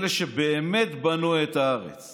אלה שבאמת בנו את הארץ